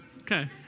Okay